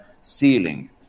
ceiling